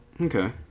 Okay